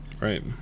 Right